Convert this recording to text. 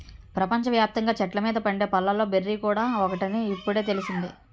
ప్రపంచ వ్యాప్తంగా చెట్ల మీద పండే పళ్ళలో బెర్రీ కూడా ఒకటని ఇప్పుడే తెలిసింది